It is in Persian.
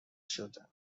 شده